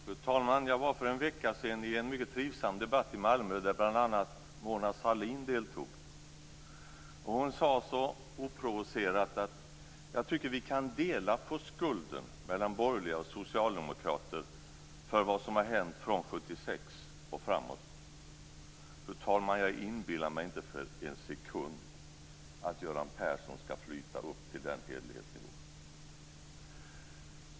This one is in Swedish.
Fru talman! För en vecka sedan var jag med i en mycket trivsam debatt i Malmö där bl.a. Mona Sahlin deltog. Hon sade oprovocerat: Jag tycker att vi kan dela på skulden mellan borgerliga och socialdemokrater för vad som har hänt från 1976 och framåt. Fru talman, jag inbillar mig inte för en sekund att Göran Persson skall flyta upp till den hederlighetsnivån.